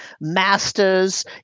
masters